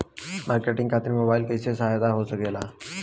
Marketing खातिर mobile कइसे सहायक हो सकेला?